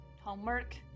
homework